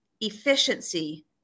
efficiency